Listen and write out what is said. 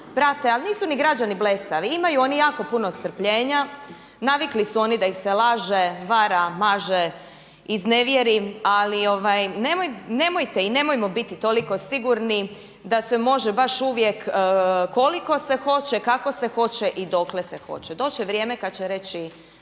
ali nisu ni građani blesavi imaju oni jako puno strpljenja, navikli su oni da ih se laže, vara, maže, iznevjeri ali nemojte i nemojmo biti toliko sigurni da se može baš uvijek koliko se hoće, kako se hoće i dokle se hoće. Doće vrijeme kad će reći